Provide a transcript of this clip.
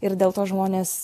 ir dėl to žmonės